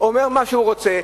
הוא אומר מה שהוא רוצה,